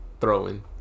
throwing